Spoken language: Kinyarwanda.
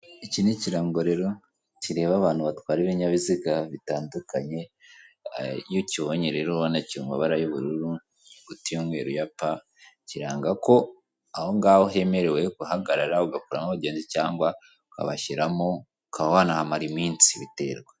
Iki ni ikirango rero kireba abantu batwara ibinyabiziga bitandukanye, iyo kibonye rero uba ubona kiri mu mabara y'ubururu, inyuguti ya pa. Kiranga ko aho ngaho hemerewe guhagarara ugakuramo abagenzi cyangwa ukabashyiramo; ukaba wanahamara iminsi, biterwa.